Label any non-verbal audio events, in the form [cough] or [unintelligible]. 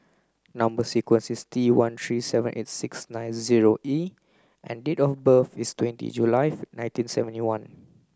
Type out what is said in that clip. number sequence is T one three seven eight six nine zero E and date of birth is twenty [unintelligible] nineteen seventy one